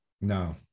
No